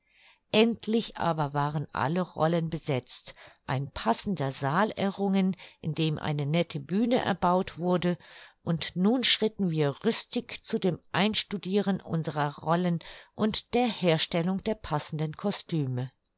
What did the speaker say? endlich aber waren alle rollen besetzt ein passender saal errungen in dem eine nette bühne erbaut wurde und nun schritten wir rüstig zu dem einstudieren unserer rollen und der herstellung der passenden costüme